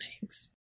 Thanks